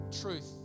truth